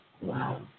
Wow